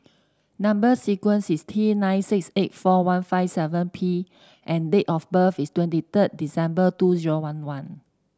number sequence is T nine six eight four one five seven P and date of birth is twenty third December two zero one one